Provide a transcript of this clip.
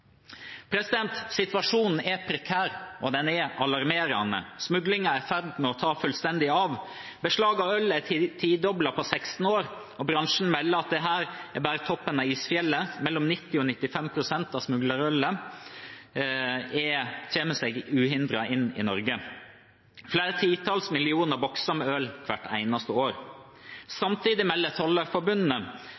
Situasjonen er prekær, og den er alarmerende. Smuglingen er i ferd med å ta fullstendig av. Beslaget av øl er tidoblet på 16 år, og bransjen melder at dette bare er toppen av isfjellet: 90–95 pst. av smuglerølet kommer uhindret inn i Norge – flere titalls millioner bokser med øl hvert eneste år.